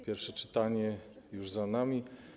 Pierwsze czytanie już za nami.